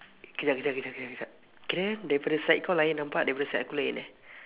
kejap kejap kejap kejap kejap kirakan daripada side kau lain nampak daripada side aku lain eh